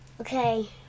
Okay